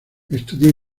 estudió